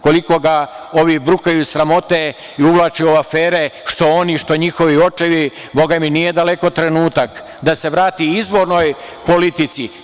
Koliko ga ovi brukaju i sramote i uvlače u afere, što oni, što njihovi očevi, bogami, nije daleko trenutak da se vrati izvornoj politici.